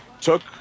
took